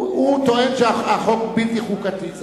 הוא טוען שהחוק הוא בלתי חוקתי.